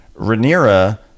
Rhaenyra